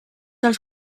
els